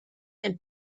and